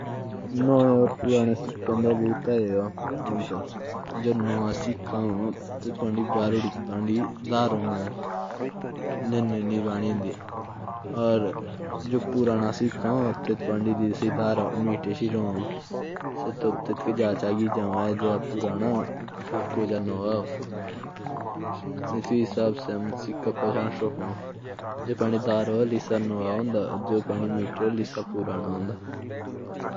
जैसे जो सिक्के होते हैं तो उस पे बाहर भार दीजैं सा होता है।